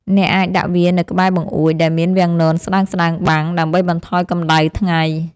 អ្នកអាចដាក់វានៅក្បែរបង្អួចដែលមានវាំងននស្តើងៗបាំង ដើម្បីបន្ថយកម្ដៅថ្ងៃ។